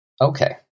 Okay